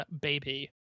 Baby